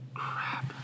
Crap